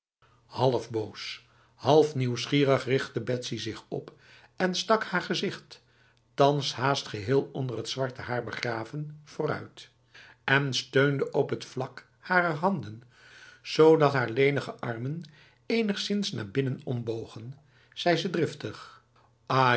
half boos half nieuwsgierig richtte betsy zich op en stak haar gezicht thans haast geheel onder het zwarte haar begraven vooruit en steunend op het vlak harer handen zodat haar lenige armen enigszins naar binnen ombogen zei ze driftig